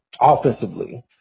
offensively